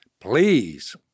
please